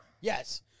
yes